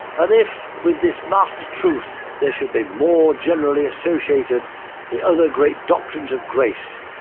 and if with this master truth, there should be more generally associated the other great doctrines of grace,